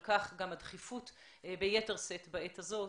על כך גם הדחיפות ביתר שאת בעת הזאת.